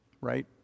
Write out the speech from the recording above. Right